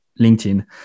LinkedIn